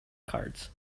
cards